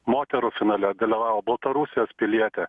moterų finale dalyvavo baltarusijos pilietė